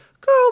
Girl